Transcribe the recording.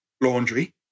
laundry